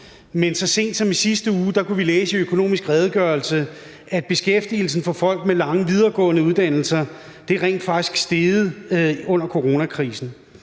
men så sent som i sidste uge kunne vi læse i Økonomisk Redegørelse, at beskæftigelsen for folk med lange videregående uddannelser rent faktisk er steget under coronakrisen.